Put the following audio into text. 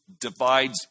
divides